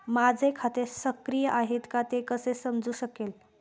माझे खाते सक्रिय आहे का ते कसे समजू शकेल?